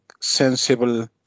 sensible